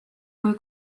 kui